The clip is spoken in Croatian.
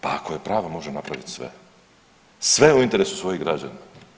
Pa ako je prava može napraviti sve, sve u interesu svojih građana.